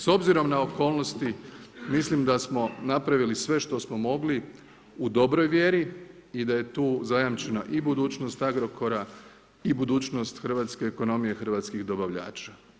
S obzirom na okolnosti, mislim da smo napravili sve što smo mogli u dobroj vjeri i da je tu zajamčena i budućnost Agrokora i budućnost hrvatske ekonomije i hrvatskih dobavljača.